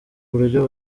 buryo